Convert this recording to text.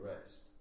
rest